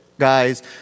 guys